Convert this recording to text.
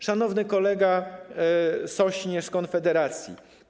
Szanowny Kolego Sośnierz z Konfederacji!